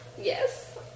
Yes